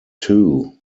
too